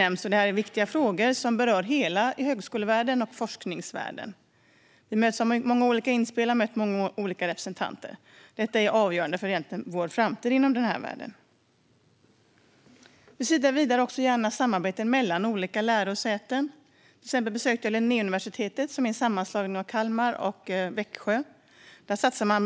Det är viktiga frågor som berör hela högskole och forskningsvärlden, och vi har mött många olika inspel och representanter. Det här är avgörande för vår framtid inom denna värld. Vi ser gärna samarbeten mellan olika lärosäten. Till exempel besökte jag Linnéuniversitetet, som är en sammanslagning av Högskolan i Kalmar och Växjö universitet.